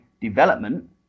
development